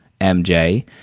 MJ